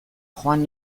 joan